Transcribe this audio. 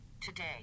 Today